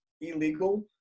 illegal